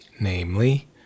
Namely